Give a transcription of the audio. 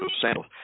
sandals